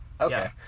Okay